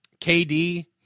KD